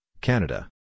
Canada